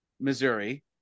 Missouri